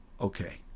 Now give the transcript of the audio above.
Okay